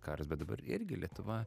karas bet dabar irgi lietuva